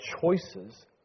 choices